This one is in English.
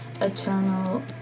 eternal